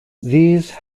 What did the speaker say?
these